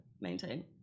maintain